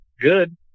good